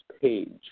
page